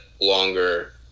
longer